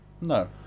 No